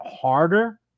harder